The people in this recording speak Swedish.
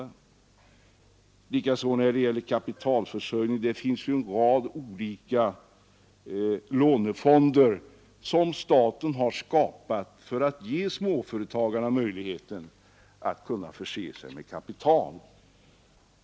På samma sätt är det när det gäller kapitalförsörjningen; det finns en rad olika lånefonder som staten har skapat för att ge småföretagarna möjlighet att förse sig med kapital.